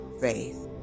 faith